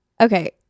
Okay